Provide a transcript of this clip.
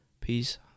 peace